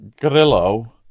Grillo